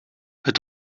het